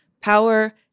power